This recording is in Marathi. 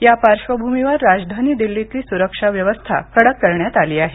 या पार्श्वभूमीवर राजधानी दिल्लीतली सुरक्षा व्यवस्था कडक करण्यात आली आहे